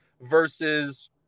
versus